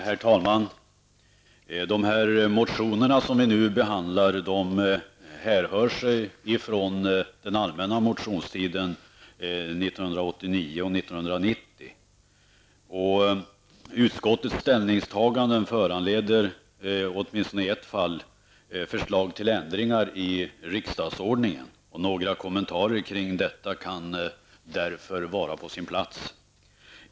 Herr talman! De motioner som vi nu behandlar härrör sig från den allmänna motionstiden 1989 och 1990. Utskottets ställningstaganden föranleder åtmintone i ett fall förslag till ändringar i riksdagsordningen. Några kommentarer kring detta kan därför vara på sin plats.